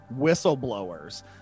whistleblowers